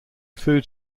food